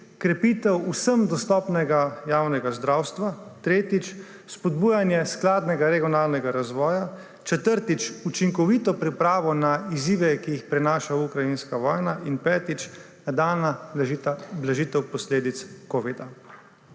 krepitev vsem dostopnega javnega zdravstva. Tretjič: spodbujanje skladnega regionalnega razvoja. Četrtič: učinkovita priprava na izzive, ki jih prinaša ukrajinska vojna. In petič: nadaljnja blažitev posledic covida.